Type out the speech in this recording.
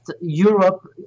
Europe